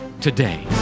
today